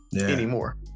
anymore